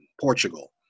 Portugal